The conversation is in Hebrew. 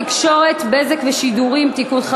הצעת חוק התקשורת (בזק ושידורים) (תיקון,